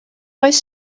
oes